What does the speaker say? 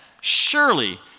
surely